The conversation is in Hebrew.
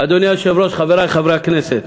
אדוני היושב-ראש, חברי חברי הכנסת,